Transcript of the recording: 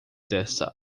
desta